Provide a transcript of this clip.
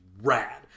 rad